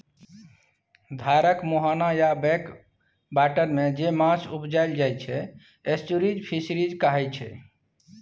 धारक मुहाना आ बैक बाटरमे जे माछ उपजाएल जाइ छै एस्च्युरीज फिशरीज कहाइ छै